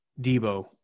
Debo